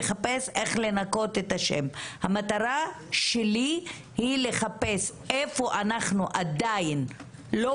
לחפש איך לנקות את השם; המטרה שלי היא לחפש איפה עדיין לא